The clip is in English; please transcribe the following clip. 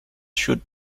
should